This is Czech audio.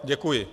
Děkuji.